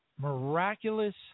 miraculous